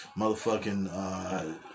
motherfucking